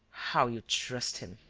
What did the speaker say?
how you trust him!